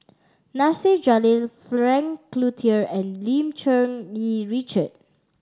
Nasir Jalil Frank Cloutier and Lim Cherng Yih Richard